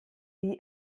wie